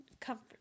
comfort